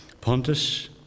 Pontus